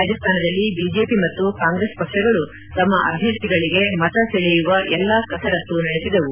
ರಾಜಸ್ತಾನದಲ್ಲಿ ಬಿಜೆಪಿ ಮತ್ತು ಕಾಂಗ್ರೆಸ್ ಪಕ್ಷಗಳು ತಮ್ಮ ಅಭ್ದರ್ಥಿಗಳಿಗೆ ಮತ ಸೆಳೆಯುವ ಎಲ್ಲಾ ಕಸರತ್ತು ನಡೆಸಿವು